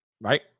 Right